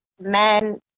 men